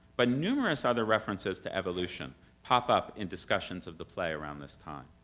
but numerous other references to evolution pop up in discussions of the play around this time.